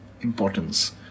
importance